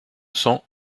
cents